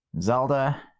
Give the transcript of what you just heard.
Zelda